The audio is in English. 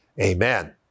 amen